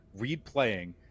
replaying